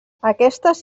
aquestes